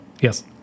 Yes